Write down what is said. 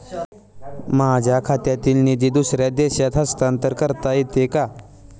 माझ्या खात्यातील निधी दुसऱ्या देशात हस्तांतर करता येते का?